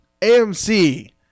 AMC